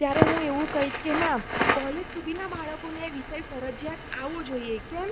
ત્યારે હું એવું કહીશ કે ના કોલેજ સુધીના બાળકોને વિષય ફરજિયાત આવવો જોઈએ કેમ